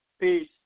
Peace